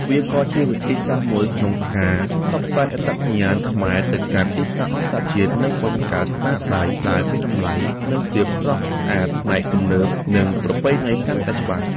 វាក៏ជាវិធីសាស្រ្តមួយក្នុងការផ្សព្វផ្សាយអត្តសញ្ញាណខ្មែរ ទៅកាន់ទីផ្សារអន្តរជាតិ និងបង្កើតស្នាដៃដែលមានតម្លៃ និងភាពស្រស់ស្អាតផ្នែកទំនើប និងប្រពៃណីកាន់តែច្បាស់។